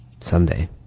someday